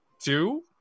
two